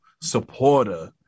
supporter